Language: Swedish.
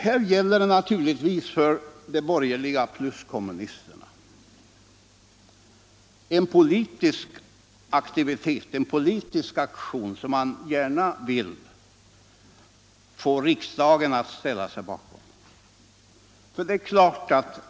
Här gäller det naturligtvis för de borgerliga plus kommunisterna en politisk aktion som man gärna vill få riksdagen att ställa sig bakom.